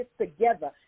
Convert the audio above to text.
together